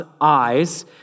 eyes